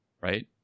Right